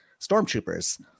stormtroopers